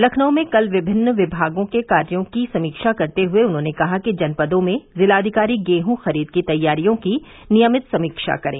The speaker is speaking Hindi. लखनऊ में कल विभिन्न विभागों के कार्यो की समीक्षा करते हुए उन्होंने कहा कि जनपदों में जिलाधिकारी गेहूं खरीद की तैयारियों की नियमित समीक्षा करें